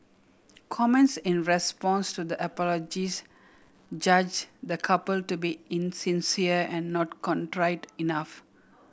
comments in response to the apologies judge the couple to be insincere and not contrite enough